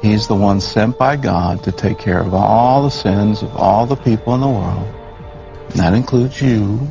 he's the one sent by god to take care of all the sins of all the people in the world that includes you